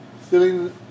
feeling